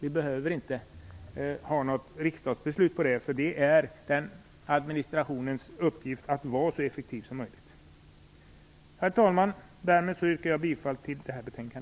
Vi behöver inte ha något riksdagsbeslut på det, utan det ligger i administrationens uppgift att vara så effektiv som möjligt. Herr talman! Därmed yrkar jag bifall till utskottets hemställan.